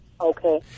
Okay